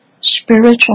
spiritual